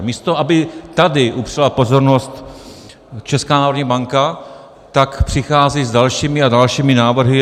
Místo aby tady upřela pozornost Česká národní banka, tak přichází s dalšími a dalšími návrhy.